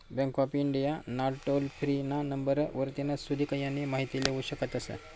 bank of India ना toll free ना number वरतीन सुदीक यानी माहिती लेवू शकतस